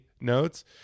notes